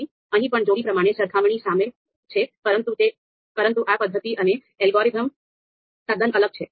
અહીં પણ જોડી પ્રમાણે સરખામણી સામેલ છે પરંતુ આ પદ્ધતિ અને અલ્ગોરિધમ તદ્દન અલગ છે